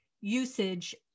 usage